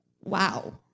Wow